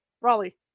Raleigh